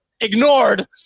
ignored